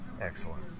Excellent